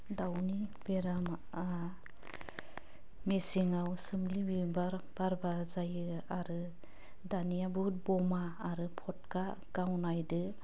दाउनि बेरामआ मेसेङाव सोमलि बिबार बारबा जायो आरो दानिया बुहुद बमा आरो फदका गावनायदो